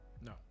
No